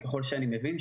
ככל שאני מבין,